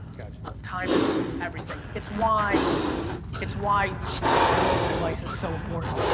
time is everything. it's why it's why the mobile device is so important.